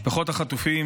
משפחות החטופים,